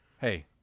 Hey